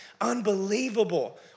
Unbelievable